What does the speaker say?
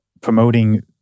promoting